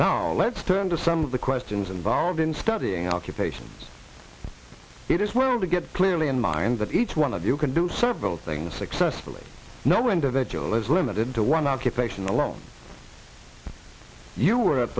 now let's turn to some of the questions involved in studying occupation it is worth to get clearly in mind that each one of you can do several things successfully no individual is limited to one occupation alone you are at